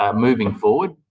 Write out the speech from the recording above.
um moving forward,